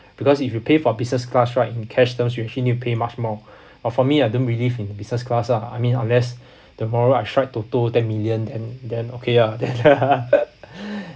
because if you pay for business class right in cash terms you actually need to pay much more uh for me I don't believe in business class lah I mean unless tomorrow I strike TOTO ten million then then okay lah then